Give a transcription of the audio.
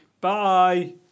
Bye